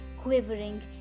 quivering